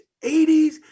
80s